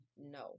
no